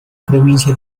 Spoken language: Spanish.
provincia